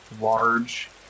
large